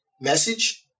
message